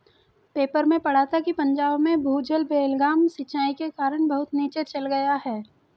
paper में पढ़ा था कि पंजाब में भूजल बेलगाम सिंचाई के कारण बहुत नीचे चल गया है